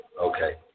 Okay